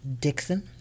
Dixon